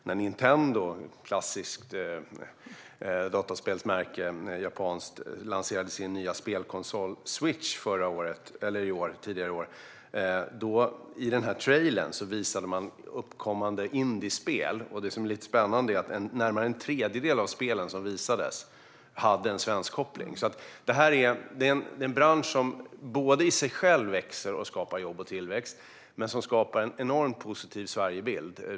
När Nintendo - ett japanskt klassiskt dataspelsmärke - lanserade sin nya spelkonsol Switch tidigare i år visade man en trailer om uppkommande indiespel. Det som är spännande är att närmare en tredjedel av de spel som visades hade en svensk koppling. Detta är en bransch som i sig själv skapar jobb och tillväxt. Den skapar också en enormt positiv Sverigebild.